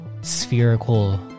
spherical